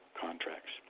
contracts